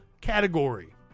category